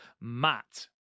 Matt